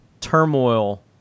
turmoil